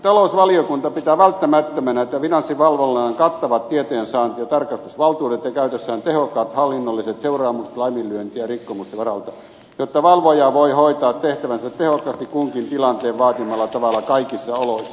talousvaliokunta pitää välttämättömänä että finanssivalvonnalla on kattavat tietojensaanti ja tarkastusvaltuudet ja käytössään tehokkaat hallinnolliset seuraamukset laiminlyöntien ja rikkomusten varalta jotta valvoja voi hoitaa tehtävänsä tehokkaasti kunkin tilanteen vaatimalla tavalla kaikissa oloissa